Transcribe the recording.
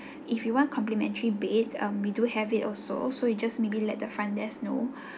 if you want complementary bed um we do have it also so you just maybe let the front desk know